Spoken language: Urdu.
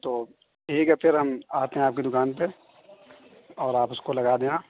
تو ٹھیک ہے پھر ہم آتے ہیں آپ کی دکان پہ اور آپ اس کو لگا دینا